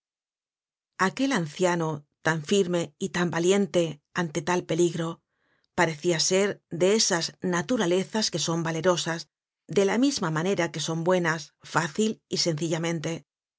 aquel anciano tan firme y tan valiente ante tal peligro parecia ser de esas naturalezas que son valerosas de la misma manera que son buenas fácil y sencillamente